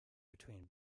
between